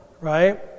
Right